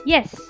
Yes